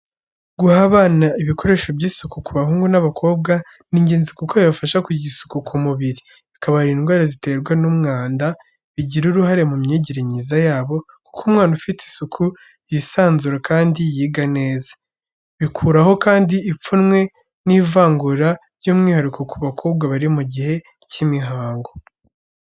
Guha abana ibikoresho by’isuku ku bahungu n’abakobwa, ni ingenzi kuko bibafasha kugira isuku ku mubiri, bikarinda indwara ziterwa n’umwanda, bigira uruhare mu myigire myiza yabo, kuko umwana ufite isuku yisanzura kandi yiga neza. Bikuraho kandi ipfunwe n’ivangura by’umwihariko ku bakobwa bari mu gihe cy’imihango.